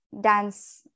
dance